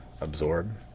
absorb